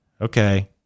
Okay